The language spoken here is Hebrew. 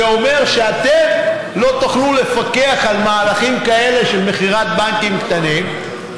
זה אומר שאתם לא תוכלו לפקח על מהלכים כאלה של מכירת בנקים קטנים,